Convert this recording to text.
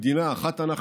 מדינה אחת אנחנו,